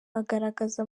agaragaza